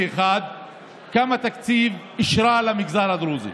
כמה תקציב היא אישרה למגזר הדרוזי